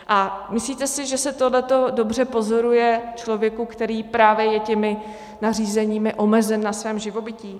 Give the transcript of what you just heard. A myslíte si, že se tohleto dobře pozoruje člověku, který právě je těmi nařízeními omezen na svém živobytí?